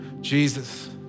Jesus